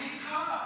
אני איתך.